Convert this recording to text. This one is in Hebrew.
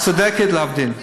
אמרתי, להבדיל.